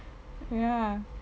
ya